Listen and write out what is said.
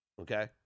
Okay